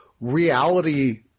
reality